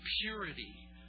purity